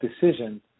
decision